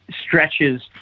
stretches